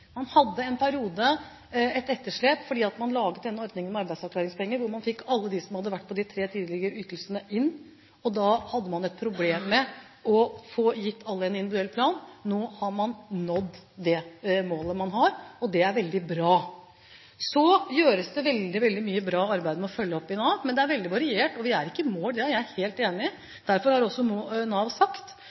Man hadde en periode et etterslep fordi man laget denne ordningen med arbeidsavklaringspenger, hvor man fikk alle dem som hadde vært på de tre tidligere ytelsene, inn, og da hadde man et problem med å få gitt alle en individuell plan. Nå har man nådd dette målet, og det er veldig bra. Så gjøres det veldig mye bra arbeid med å følge opp i Nav, men det er veldig variert, og vi er ikke i mål – det er jeg helt enig i. Derfor har også Nav sagt